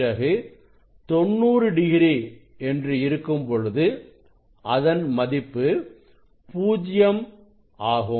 பிறகு 90 டிகிரி என்று இருக்கும்பொழுது அதன் மதிப்பு பூஜ்யம் ஆகும்